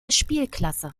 spielklasse